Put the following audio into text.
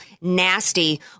nasty